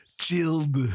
Chilled